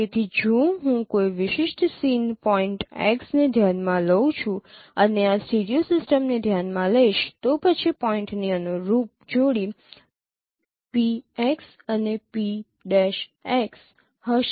તેથી જો હું કોઈ વિશિષ્ટ સીન પોઈન્ટ X ને ધ્યાનમાં લઉ છું અને આ સ્ટીરિયો સિસ્ટમને ધ્યાનમાં લઈશ તો પછી પોઇન્ટની અનુરૂપ જોડી PX અને P'X હશે